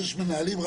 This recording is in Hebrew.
מנהלים,